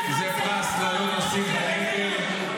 -- וזה פרס למשתמטים -- כן,